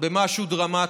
במשהו דרמטי,